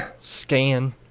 Scan